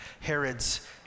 Herod's